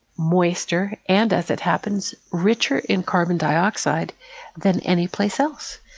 moister, and as it happens, richer in carbon dioxide than any place else,